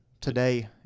today